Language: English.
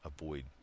avoid